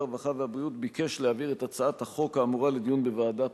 הרווחה והבריאות ביקש להעביר את הצעת החוק האמורה לדיון בוועדת העבודה,